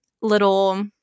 little